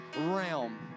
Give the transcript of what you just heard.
realm